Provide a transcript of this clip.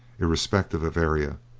irrespective of area.